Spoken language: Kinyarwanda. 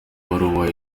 ibaruwa